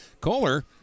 Kohler